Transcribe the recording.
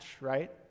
right